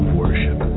worship